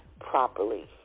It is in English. properly